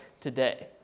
today